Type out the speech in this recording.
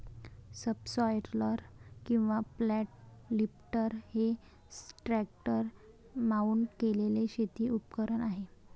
subsoiler किंवा flat lifter हे tractor mount केलेले शेती उपकरण आहे